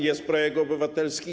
Jest projekt obywatelski?